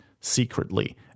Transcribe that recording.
secretly